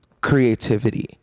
creativity